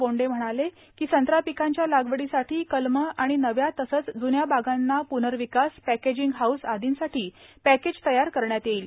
बोंडे म्हणाले संत्रा पिकांच्या लागवडीसाठी कलमे आणि नव्या तसेच जून्या बागांना प्नर्विकास पॅकेजिंक हाऊस आदींसाठी पॅकेज तयार करण्यात येईल